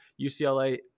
UCLA